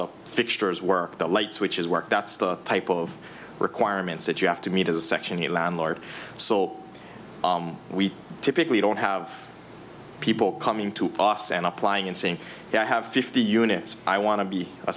the fixtures work the light switches work that's the type of requirements that you have to meet as a section the landlord so we typically don't have people coming to us and applying and saying i have fifty units i want to be a